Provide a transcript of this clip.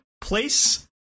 place